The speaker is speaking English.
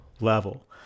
level